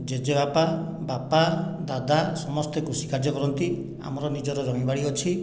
ଜେଜେବାପା ବାପା ଦାଦା ସମସ୍ତେ କୃଷି କାର୍ଯ୍ୟ କରନ୍ତି ଆମର ନିଜର ଜମି ବାଡ଼ି ଅଛି